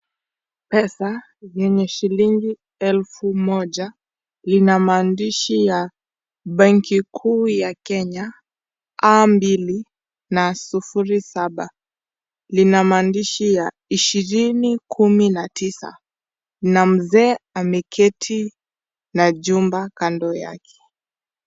Pesa yenye shilingi elfu moja lina maandishi ya Benki Kuu ya Kenya A mbili na sufuri saba. Lina maandishi ya ishirini kumi na tisa na mzee ameketi na chumba kando yake.